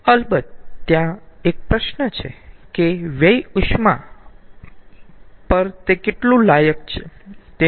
અલબત્ત ત્યાં એક પ્રશ્ન છે કે વ્યય ઉષ્મા પર તે કેટલું લાયક છે